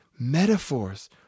Metaphors